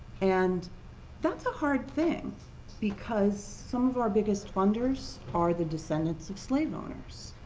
and that's a hard thing because some of our biggest funders are the descendants of slaves owners.